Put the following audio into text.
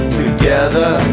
together